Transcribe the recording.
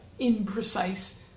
imprecise